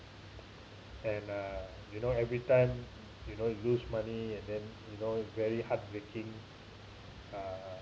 and uh you know every time you know you lose money and then you know very heartbreaking uh